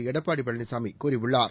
எடப்பாடி பழனிசாமி கூறியுள்ளார்